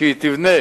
שהיא תבנה